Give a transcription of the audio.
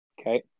okay